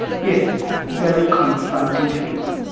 yes, very confronting figures.